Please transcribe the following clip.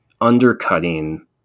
undercutting